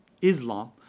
Islam